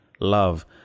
love